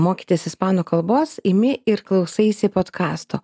mokytis ispanų kalbos imi ir klausaisi podkasto